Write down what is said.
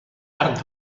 arc